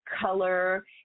color